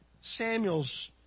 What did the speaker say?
Samuel's